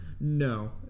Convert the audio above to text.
No